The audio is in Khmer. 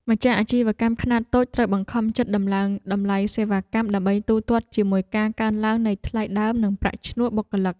ម្ចាស់អាជីវកម្មខ្នាតតូចត្រូវបង្ខំចិត្តដំឡើងតម្លៃសេវាកម្ម ដើម្បីទូទាត់ជាមួយការកើនឡើងនៃថ្លៃដើមនិងប្រាក់ឈ្នួលបុគ្គលិក។